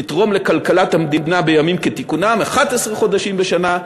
לתרום לכלכלת המדינה בימים כתיקונם 11 חודשים בשנה,